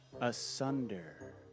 Asunder